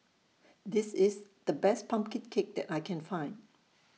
This IS The Best Pumpkin Cake that I Can Find